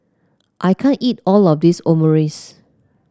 I can't eat all of this Omurice